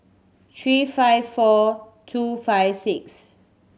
three five four two five six